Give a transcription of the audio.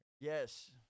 Yes